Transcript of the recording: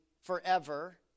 forever